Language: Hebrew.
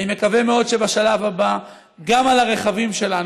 אני מקווה מאוד שבשלב הבא גם על הרכבים שלנו,